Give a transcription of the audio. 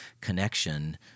connection